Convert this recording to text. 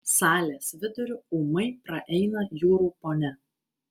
salės viduriu ūmai praeina jūrų ponia